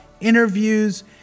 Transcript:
interviews